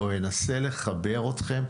או אנסה לחבר אתכם.